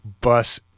bus